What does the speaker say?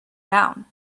down